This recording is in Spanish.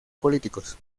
políticos